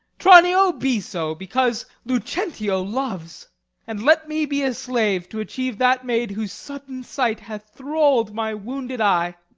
tranio, be so, because lucentio loves and let me be a slave, to achieve that maid whose sudden sight hath thrall'd my wounded eye.